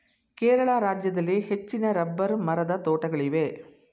ಕೇರಳ ರಾಜ್ಯದಲ್ಲಿ ಹೆಚ್ಚಿನ ರಬ್ಬರ್ ಮರದ ತೋಟಗಳಿವೆ